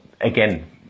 again